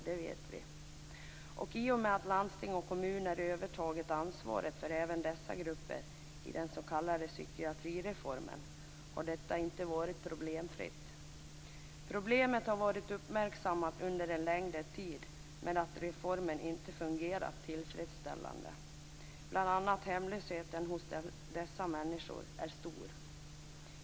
Landstingens och kommunernas övertagande av ansvaret även för dessa grupper i den s.k. psykiatrireformen har inte varit problemfritt. Bekymren med att reformen inte har fungerat tillfredsställande har varit uppmärksammade under en längre tid. Bl.a. är hemlösheten stor bland dessa människor.